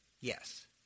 yes